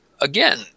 again